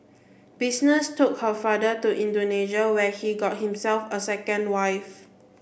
business took her father to Indonesia where he got himself a second wife